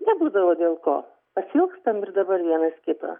nebūdavo dėl ko pasiilgstam ir dabar vienas kito